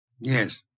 Yes